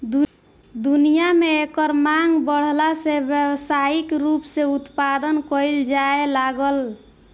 दुनिया में एकर मांग बाढ़ला से व्यावसायिक रूप से उत्पदान कईल जाए लागल